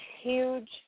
huge